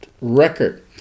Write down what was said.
record